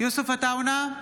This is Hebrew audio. יוסף עטאונה,